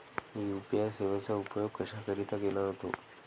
UPI सेवेचा उपयोग कशाकरीता केला जातो?